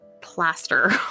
plaster